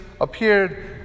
appeared